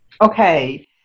Okay